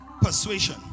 persuasion